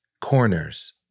corners